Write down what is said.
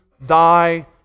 Thy